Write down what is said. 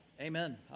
amen